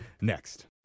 next